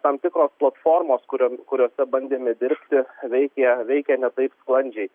tam tikros platformos kurios kuriose bandėme dirbti veikė veikė ne taip sklandžiai